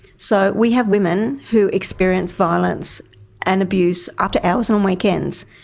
so we have women who experience violence and abuse after hours and on weekends.